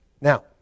Now